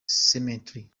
cemetery